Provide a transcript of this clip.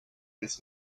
this